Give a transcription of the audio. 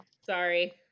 Sorry